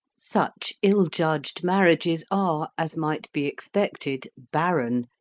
such ill-judged marriages are, as might be expected, barren,